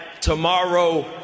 tomorrow